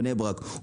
בני ברק,